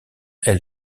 elle